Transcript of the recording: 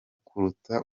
kuruta